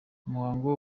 umuhango